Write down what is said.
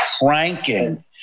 cranking